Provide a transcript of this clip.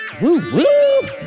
Woo-woo